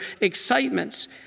excitements